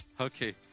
okay